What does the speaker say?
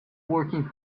working